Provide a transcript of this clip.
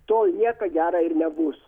tol nieką gerą ir nebus